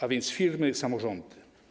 A więc - firmy i samorządy.